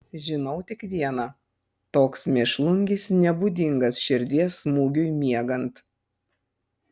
žinau tik viena toks mėšlungis nebūdingas širdies smūgiui miegant